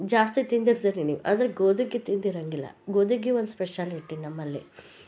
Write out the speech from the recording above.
ಜಾಸ್ತಿ ತಿಂದಿರ್ತೀರಿ ನೀವು ಆದರೆ ಗೋದಿಗ್ಗಿ ತಿಂದಿರಂಗಿಲ್ಲ ಗೋದಿಗ್ಗಿ ಒಂದು ಸ್ಪೆಷಾಲಿಟಿ ನಮ್ಮಲ್ಲಿ